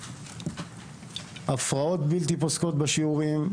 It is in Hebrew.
הפרעות בלתי פוסקות בשיעורים,